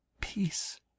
peace